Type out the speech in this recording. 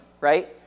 right